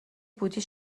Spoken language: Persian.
بودی